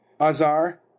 Azar